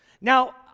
Now